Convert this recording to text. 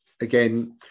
Again